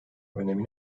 önemi